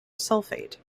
sulfate